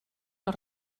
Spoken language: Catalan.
els